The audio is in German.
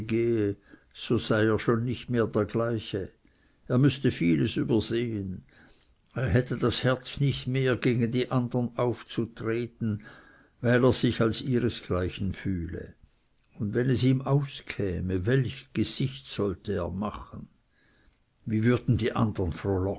so sei er schon nicht mehr der gleiche er müßte vieles übersehen er hätte das herz nicht mehr gegen die andern aufzutreten weil er sich als ihresgleichen fühle und wenn es ihm auskäme welch gesicht sollte er machen wie würden die andern